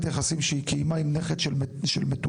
יחסים שהיא קיימה עם נכד של מטופל,